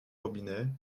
robinet